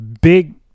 big